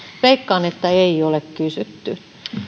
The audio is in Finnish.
veikkaan että ei ole kysytty